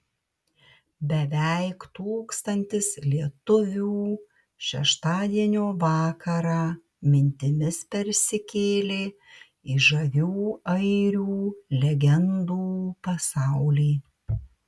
beveik tūkstantis lietuvių šeštadienio vakarą mintimis persikėlė į žavių airių legendų pasaulį